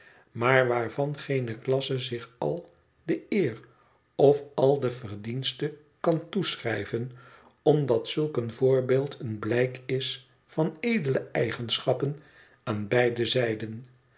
maar waarvan geene klasse zich al de eer of al de verdienste kan toeschrijven omdat zulk een voorbeeld een blijk is van edele eigenschappen aan beide zijden